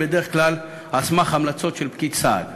בדרך כלל על סמך המלצות של פקיד סעד.